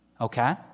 Okay